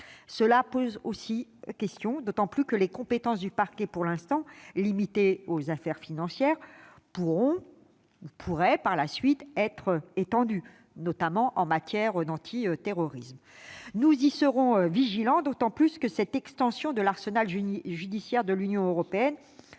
Cela pose aussi question, d'autant que les compétences du parquet, pour l'instant limitées aux affaires financières, pourront ou pourraient par la suite être étendues, notamment en matière d'antiterrorisme. Nous serons vigilants sur ce point, sachant en outre que cette extension de l'arsenal judiciaire de l'Union européenne